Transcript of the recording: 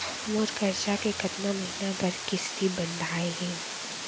मोर करजा के कतका महीना बर किस्ती बंधाये हे?